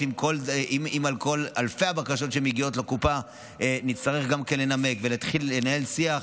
אם בכל אלפי הבקשות שמגיעות לקופה יצטרכו לנמק ולהתחיל לנהל שיח,